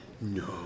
No